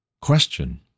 question